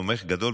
תומך גדול,